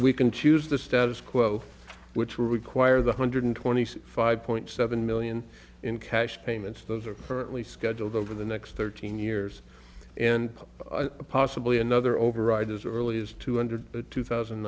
we can choose the status quo which will require the hundred twenty six five point seven million in cash payments those are currently scheduled over the next thirteen years and possibly another override as early as two hundred two thousand